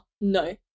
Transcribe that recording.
no